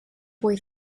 boy